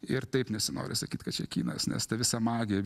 ir taip nesinori sakyt kad čia kinas nes ta visa magija